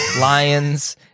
Lions